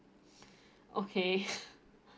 okay